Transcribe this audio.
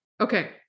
Okay